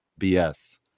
BS